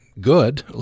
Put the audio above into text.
good